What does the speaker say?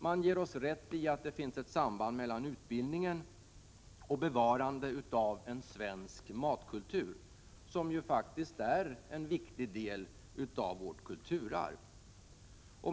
Man ger oss rätt i att det finns ett samband mellan utbildningen och bevarandet av en svensk matkultur, som ju faktiskt är en viktig del av vårt kulturarv.